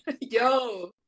yo